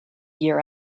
year